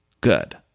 good